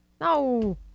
No